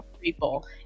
people